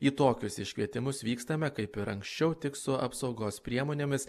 į tokius iškvietimus vykstame kaip ir anksčiau tik su apsaugos priemonėmis